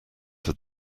had